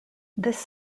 this